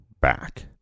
back